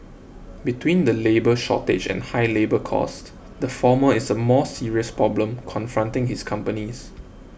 between the labour shortage and high labour costs the former is a more serious problem confronting his companies